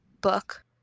book